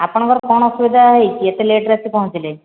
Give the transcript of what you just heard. ଆପଣଙ୍କର କ'ଣ ଅସୁବିଧା ହେଇଛି ଏତେ ଲେଟ୍ରେ ଆସି ପହଞ୍ଚିଲେ